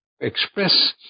express